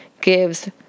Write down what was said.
gives